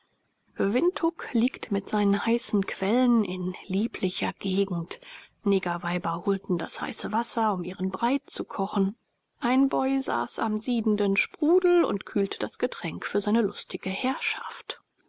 windhuk liegt mit seinen heißen quellen in lieblicher gegend negerweiber holten das heiße wasser um ihren brei zu kochen ein boy saß am siedenden sprudel und kühlte das getränk für seine durstige herrschaft